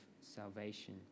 salvation